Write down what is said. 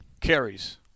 carries